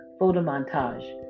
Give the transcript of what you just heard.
photomontage